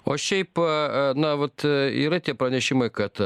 o šiaip pa na vat yra tie pranešimai kad